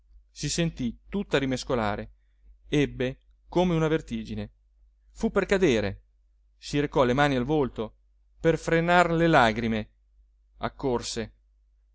si sentì tutta rimescolare ebbe come una vertigine fu per cadere si recò le mani al volto per frenar le lagrime accorse